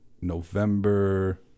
November